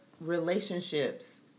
relationships